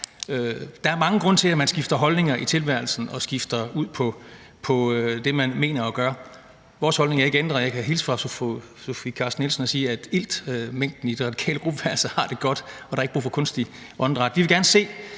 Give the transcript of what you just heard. Der er mange grunde til, at man skifter holdning i tilværelsen og skifter ud i det, man mener og gør. Vores holdning er ikke ændret, og jeg kan hilse fra fru Sofie Carsten Nielsen og sige, at iltmængden i det radikale gruppeværelse har det godt, og der er ikke brug for kunstigt åndedræt.